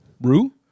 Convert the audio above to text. rue